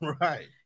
Right